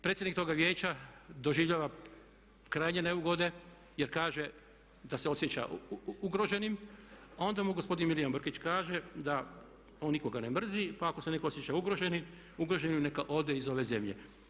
Predsjednik toga vijeća doživljava krajnje neugode jer kaže da se osjeća ugroženim, a onda mu gospodin Milijan Brkić kaže da on nikoga ne mrzi, pa ako se netko osjeća ugroženim neka ode iz ove zemlje.